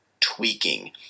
tweaking